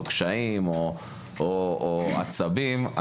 קשיים או עצבים,